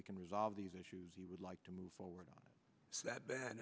we can resolve these issues he would like to move forward on that